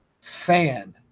fan